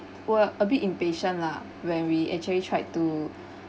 were a bit impatient lah when we actually tried to